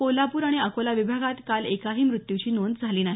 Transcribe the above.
कोल्हापूर आणि अकोला विभागात काल एकाही मृत्यूची नोंद झाली नाही